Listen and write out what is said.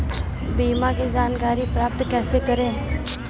बीमा की जानकारी प्राप्त कैसे करें?